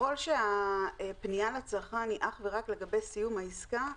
שככל שהפניה לצרכן היא אך ורק לגבי סיום העסקה,